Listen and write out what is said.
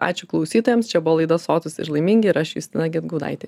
ačiū klausytojams čia buvo laida sotūs ir laimingi ir aš justina gedgaudaitė